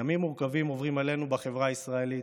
ימים מורכבים עוברים עלינו בחברה הישראלית,